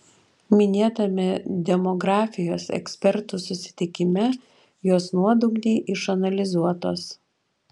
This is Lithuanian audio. minėtame demografijos ekspertų susitikime jos nuodugniai išanalizuotos